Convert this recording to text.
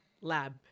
lab